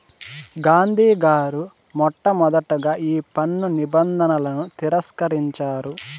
గాంధీ గారు మొట్టమొదటగా ఈ పన్ను నిబంధనలను తిరస్కరించారు